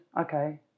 Okay